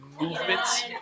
movements